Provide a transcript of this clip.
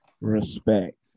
respect